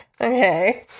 okay